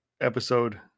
episode